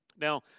Now